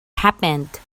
happened